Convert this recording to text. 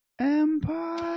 empire